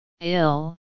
ill